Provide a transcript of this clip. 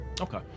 Okay